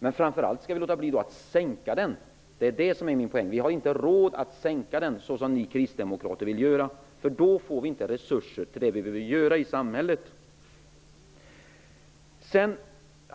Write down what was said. Men framför allt skall vi låta bli att sänka den. Det är min poäng. Vi har inte råd att sänka den, vilket ni kristdemokrater vill göra, för då får vi inte resurser till det vi vill göra i samhället.